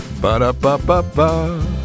Ba-da-ba-ba-ba